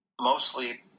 mostly